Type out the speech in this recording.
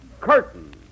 Curtain